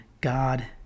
God